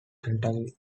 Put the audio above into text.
kentucky